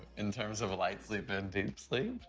in terms of light sleep and deep sleep.